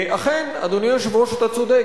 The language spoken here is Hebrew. אכן, אדוני היושב-ראש, אתה צודק.